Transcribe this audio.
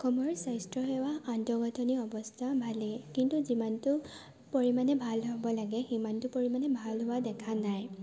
আমাৰ স্বাস্থ্য সেৱা আন্তঃগাঁথনি অৱস্থা ভালেই কিন্তু যিমানটো পৰিমাণে ভাল হ'ব লাগে সিমানটো পৰিমাণে ভাল হোৱা দেখা নাই